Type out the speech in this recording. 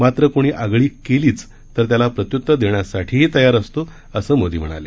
मात्र कृणी आगळीक केलीच तर त्याला प्रत्युत्तर देण्यासाठीही तयार असतो असं मोदी म्हणाले